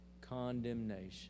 condemnation